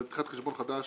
בפתיחת חשבון חדש,